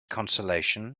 consolation